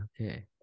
Okay